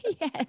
Yes